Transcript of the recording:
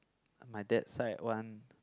my dad side one